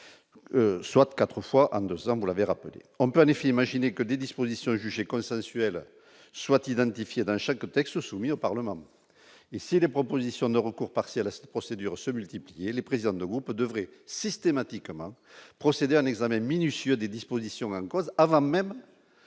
soit 4 fois en 2 ans, vous l'avez rappelé on planifie imaginer que des dispositions jugées consensuel soient identifiées dans chaque texte soumis au Parlement, mais si les propositions de recours, partie à la procédure se multiplier les présidents de groupe devraient systématiquement procéder à un examen minutieux des dispositions mêmes causes avant même